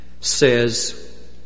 says